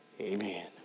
Amen